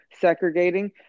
segregating